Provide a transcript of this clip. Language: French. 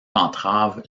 entrave